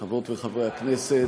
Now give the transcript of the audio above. חברות וחברי הכנסת,